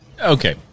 okay